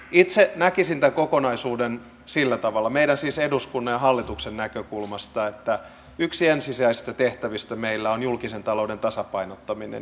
itse näkisin tämän kokonaisuuden sillä tavalla siis eduskunnan ja hallituksen näkökulmasta että yksi ensisijaisista tehtävistä meillä on julkisen talouden tasapainottaminen